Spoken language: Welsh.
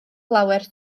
lawer